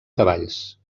cavalls